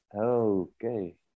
okay